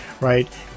right